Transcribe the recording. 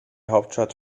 hauptstadt